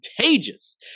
contagious